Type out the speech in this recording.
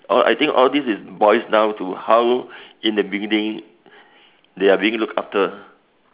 all I think all this is boils down to how in the beginning they are being looked after